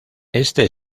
este